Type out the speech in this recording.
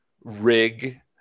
rig